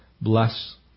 Bless